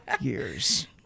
years